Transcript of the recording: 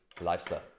lifestyle